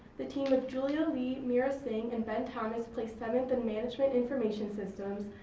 the team of julia lee, mira singh and ben thomas placed seventh in management information systems.